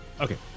Okay